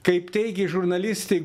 kaip teigė žurnalistė